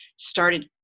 started